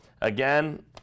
again